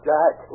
Jack